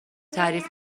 تعریف